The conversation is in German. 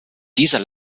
dieser